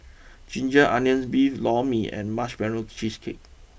Ginger Onions Beef Lor Mee and Marshmallow Cheesecake